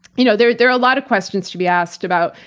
you know there there are a lot of questions to be asked about,